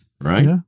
Right